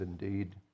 indeed